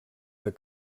que